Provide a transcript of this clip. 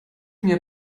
mir